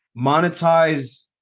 monetize